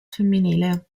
femminile